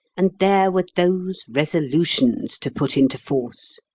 and there were those resolutions to put into force!